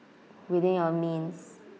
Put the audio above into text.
within your means